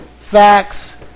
facts